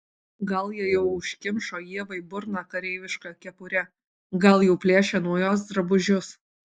gal jie jau užkimšo ievai burną kareiviška kepure gal jau plėšia nuo jos drabužius